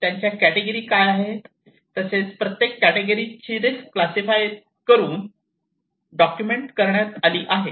त्यांच्या कॅटेगिरी काय आहेत तसेच प्रत्येक कॅटेगिरी चे रिस्क क्लासिफाय करून डॉक्युमेंट करण्यात आले आहे